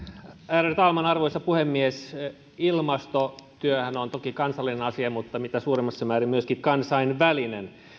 ärade talman arvoisa puhemies ilmastotyöhän on toki kansallinen asia mutta mitä suurimmassa määrin myöskin kansainvälinen